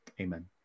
Amen